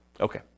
Okay